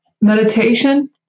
Meditation